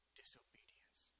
disobedience